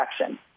action